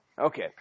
Okay